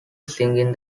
singing